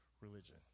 religion